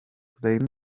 blame